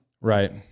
Right